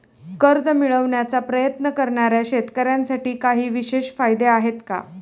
कर्ज मिळवण्याचा प्रयत्न करणाऱ्या शेतकऱ्यांसाठी काही विशेष फायदे आहेत का?